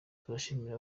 turashimira